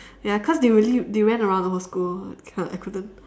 ya cause they really they ran around the whole school I can't I couldn't